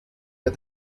der